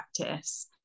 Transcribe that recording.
practice